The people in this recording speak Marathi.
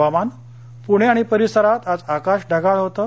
हवामान पुणे आणि परिसरात आज आकाश ढगाळ होतं